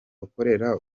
wakorera